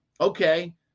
Okay